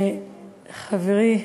חברי,